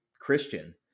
Christian